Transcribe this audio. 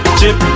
chip